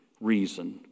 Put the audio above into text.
reason